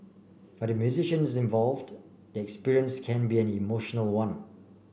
for the musicians involved the experience can be an emotional one